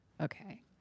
Okay